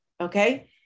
okay